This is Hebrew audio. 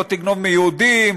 לא תגנוב מיהודים,